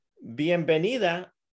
bienvenida